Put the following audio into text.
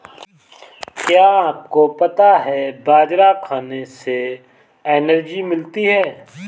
क्या आपको पता है बाजरा खाने से एनर्जी मिलती है?